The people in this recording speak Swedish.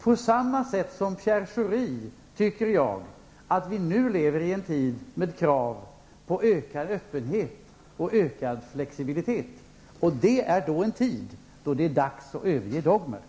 På samma sätt som Pierre Schori tycker jag att vi nu lever i en tid med krav på ökad öppenhet och ökad flexibilitet. Det är en tid då det är dags att överge dogmer.